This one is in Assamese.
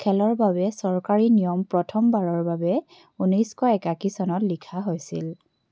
খেলৰ বাবে চৰকাৰী নিয়ম প্ৰথমবাৰৰ বাবে ঊনৈছশ একাশী চনত লিখা হৈছিল